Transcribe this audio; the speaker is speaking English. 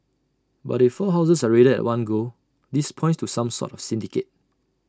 but if four houses are raided at one go this points to some sort of syndicate